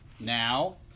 now